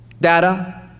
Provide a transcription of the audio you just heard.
data